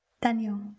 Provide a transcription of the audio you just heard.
Daniel